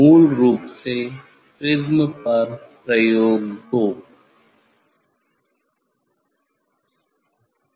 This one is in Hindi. मूल रूप से प्रिज्म पर प्रयोग 2